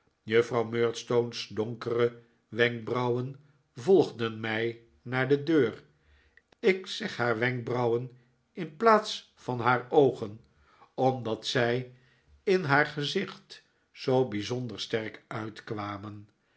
juffrouw murdstone's donkere wenkbrauwen volgden mij naar de deur ik zeg haar wenkbrauwen in plaats van haar oogen omdat zij in haar gezicht zoo bijzonder sterk uitkwamen